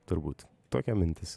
turbūt tokia mintis